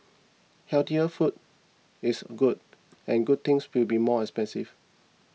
healthier food is good and good things will be more expensive